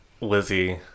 Lizzie